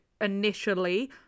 initially